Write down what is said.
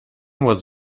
was